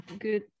good